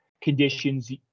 conditions